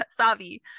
savi